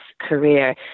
career